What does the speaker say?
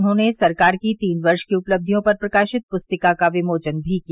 उन्होंने सरकार की तीन वर्ष की उपलब्धियों पर प्रकाशित पुस्तिका का विमोचन भी किया